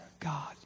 God